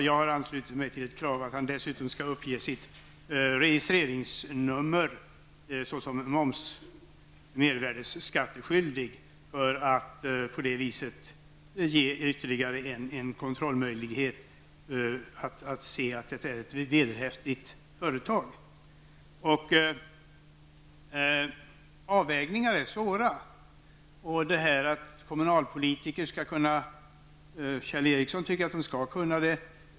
Jag ansluter mig till dem som kräver att man dessutom skall uppge sitt registreringsnummer, som moms och mervärdeskattebetalningsskyldighet. På det viset får man ytterligare en möjlighet att kontrollera att det är fråga om ett vederhäftigt företag. Avvägningarna är svåra. Kjell Ericsson tycker att kommunalpolitikerna skall kunna göra sådana.